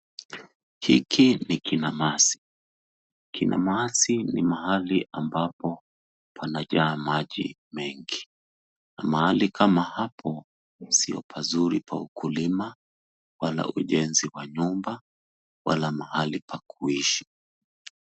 Hiki ni kinamasi, kinamasi ni mahali ambapo panajaa maji mengi na mahali kama hapa sio pazuri kwa ukulima, walai ujenzi wa nyumba ,walai mahali pa kuishi.